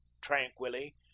tranquilly